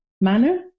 manner